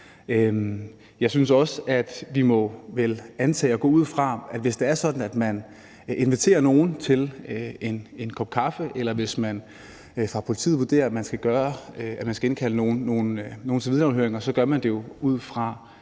Jeg synes også, at vi vel må antage og gå ud fra, at hvis det er sådan, at man inviterer nogen til en kop kaffe, eller hvis man fra politiets side vurderer, at man skal indkalde nogen til vidneafhøringer, så gør man det jo ud fra